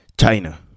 china